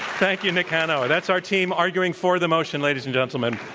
thank you, nick hanauer. that's our team arguing for the motion, ladies and gentlemen.